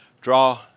draw